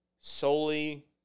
solely